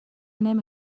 نمی